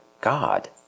God